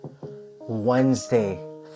Wednesday